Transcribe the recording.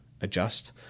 adjust